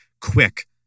quick